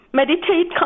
meditate